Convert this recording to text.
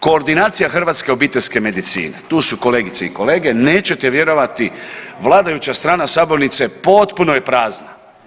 Koordinacija hrvatske obiteljske medicine, tu su kolegice i kolege, nećete vjerovati, vladajuća strana sabornice potpuno je prazna.